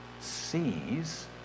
sees